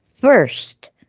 First